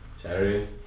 Saturday